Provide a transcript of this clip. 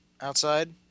outside